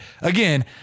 again